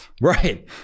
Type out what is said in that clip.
Right